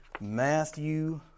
Matthew